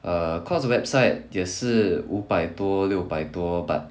err Courts website 也是五百多六百多 but